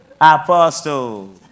apostle